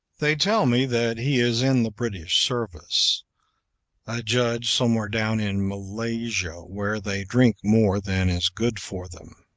they tell me that he is in the british service a judge somewhere down in malaysia, where they drink more than is good for them.